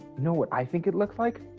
know what i think it looks like?